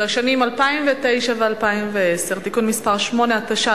לשנים 2009 ו-2010) (תיקון מס' 8), התשע"א